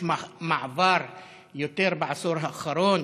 יש יותר מעבר בעשור האחרון